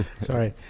Sorry